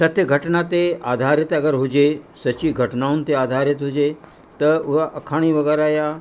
सत्य घटना ते आधारित अगरि हुजे सची घटनाउनि ते आधारित हुजे त उहा अखाणी वग़ैरह या